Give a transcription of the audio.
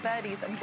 birdies